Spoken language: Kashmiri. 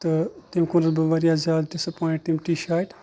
تہٕ تٔمۍ کوٚر نَس بہٕ واریاہ زیادٕ ڈِسایٚپوٚینٛٹ تٔمۍ ٹی شاٹہِ